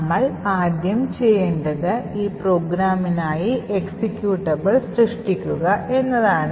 നമ്മൾ ആദ്യം ചെയ്യുന്നത് ഈ പ്രോഗ്രാമിനായി എക്സിക്യൂട്ടബിൾ സൃഷ്ടിക്കുക എന്നതാണ്